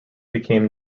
became